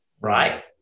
Right